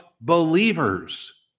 believers